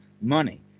money